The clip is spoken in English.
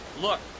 Look